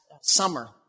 summer